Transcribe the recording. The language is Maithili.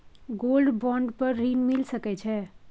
गोल्ड बॉन्ड पर ऋण मिल सके छै?